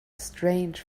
strange